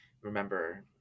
remember